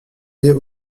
aller